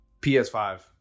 PS5